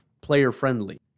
player-friendly